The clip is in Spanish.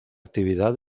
actividad